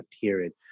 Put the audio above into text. period